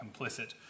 complicit